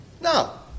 No